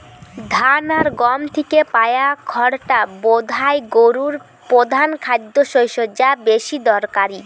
ধান আর গম থিকে পায়া খড়টা বোধায় গোরুর পোধান খাদ্যশস্য যা বেশি দরকারি